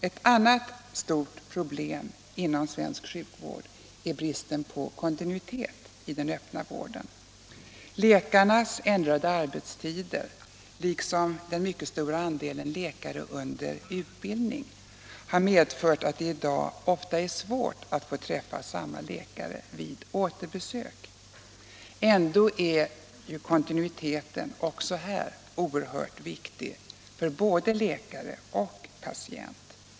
Ett annat stort problem inom svensk sjukvård är bristen på kontinuitet i den öppna vården. Läkarnas ändrade arbetstider liksom den mycket stora andelen läkare under utbildning har medfört att det i dag ofta är svårt att få träffa samma läkare vid återbesök. Ändå är kontinuiteten oerhört viktig både för läkare och för patient.